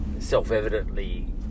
self-evidently